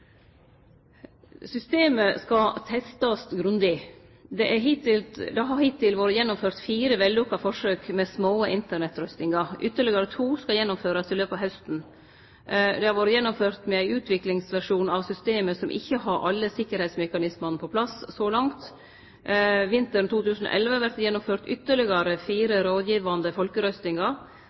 Systemet skal testast grundig. Det har hittil vore gjennomført fire vellukka forsøk med små Internett-røystingar. Ytterlegare to skal gjennomførast i løpet av hausten. Det har vore gjennomført med ein utviklingsversjon av systemet som ikkje har alle sikkerheitsmekanismane på plass så langt. Vinteren 2011 vert det gjennomført ytterlegare fire rådgivande folkerøystingar,